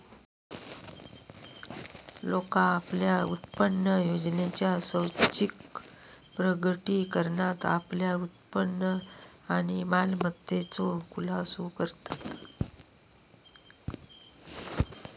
लोका आपल्या उत्पन्नयोजनेच्या स्वैच्छिक प्रकटीकरणात आपल्या उत्पन्न आणि मालमत्तेचो खुलासो करतत